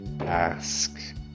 ask